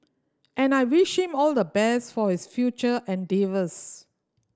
and I wish him all the best for his future endeavours